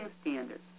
standards